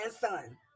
son